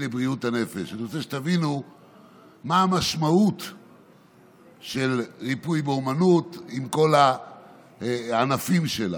בוודאי שתה לפחות בקבוק אחד של עראק עם אקסוס בפנים.